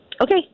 Okay